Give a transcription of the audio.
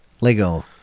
Lego